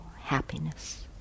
happiness